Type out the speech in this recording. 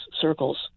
circles